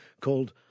called